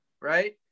right